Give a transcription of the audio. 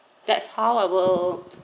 that's how I will